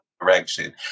direction